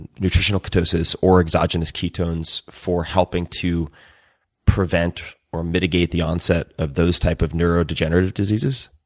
and nutritional ketosis or exogenous ketones for helping to prevent or mitigate the onset of those type of neurodegenerative diseases?